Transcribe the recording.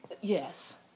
yes